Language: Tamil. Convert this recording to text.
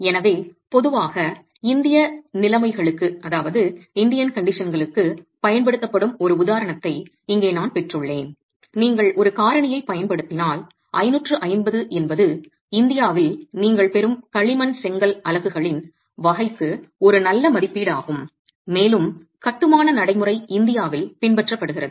எனவே பொதுவாக இந்திய நிலைமைகளுக்குப் பயன்படுத்தப்படும் ஒரு உதாரணத்தை இங்கே நான் பெற்றுள்ளேன் நீங்கள் ஒரு காரணியைப் பயன்படுத்தினால் 550 என்பது இந்தியாவில் நீங்கள் பெறும் களிமண் செங்கல் அலகுகளின் வகைக்கு ஒரு நல்ல மதிப்பீடாகும் மேலும் கட்டுமான நடைமுறை இந்தியாவில் பின்பற்றப்படுகிறது